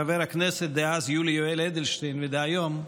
חבר הכנסת דאז יולי יואל אדלשטיין ודהיום,